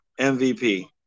MVP